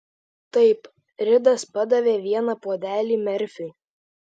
taip ridas padavė vieną puodelį merfiui